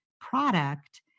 product